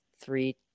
Three